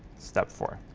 step four.